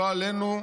לא עלינו,